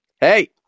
Hey